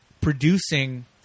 producing